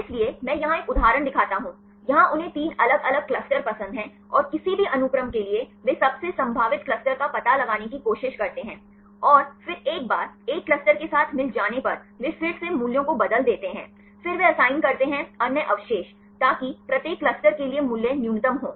इसलिए मैं यहां एक उदाहरण दिखाता हूं यहां उन्हें तीन अलग अलग क्लस्टर पसंद हैं और किसी भी अनुक्रम के लिए वे सबसे संभावित क्लस्टर का पता लगाने की कोशिश करते हैं और फिर एक बार एक क्लस्टर के साथ मिल जाने पर वे फिर से मूल्यों को बदल देते हैं फिर वे असाइन करते हैं अन्य अवशेष ताकि प्रत्येक क्लस्टर के लिए मूल्य न्यूनतम हो